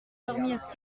dormir